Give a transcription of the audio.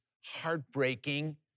heartbreaking